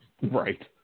Right